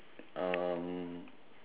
um